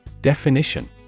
Definition